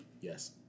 Yes